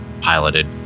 piloted